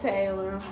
Taylor